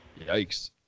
Yikes